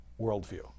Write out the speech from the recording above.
worldview